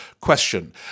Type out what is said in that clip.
question